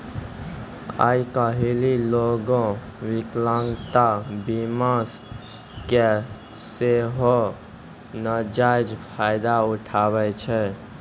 आइ काल्हि लोगें विकलांगता बीमा के सेहो नजायज फायदा उठाबै छै